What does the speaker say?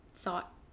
thought